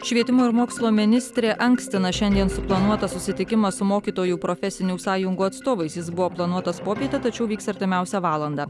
švietimo ir mokslo ministrė ankstina šiandien suplanuotą susitikimą su mokytojų profesinių sąjungų atstovais jis buvo planuotas popietę tačiau vyks artimiausią valandą